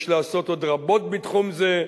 יש לעשות עוד רבות בתחום זה.